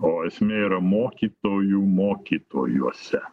o esmė yra mokytojų mokytojuose